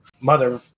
mother